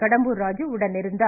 கடம்பூர் ராஜீ உடனிருந்தார்